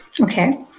Okay